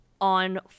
on